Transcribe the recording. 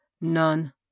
None